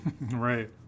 Right